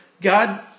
God